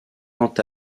quant